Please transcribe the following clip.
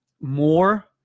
more